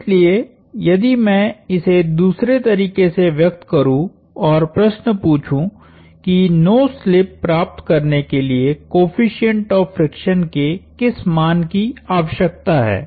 इसलिए यदि मैं इसे दूसरे तरीके से व्यक्त करू और प्रश्न पूछूं कि नो स्लिप प्राप्त करने के लिए कोएफ़िशिएंट ऑफ़ फ्रिक्शन के किस मान की आवश्यकता है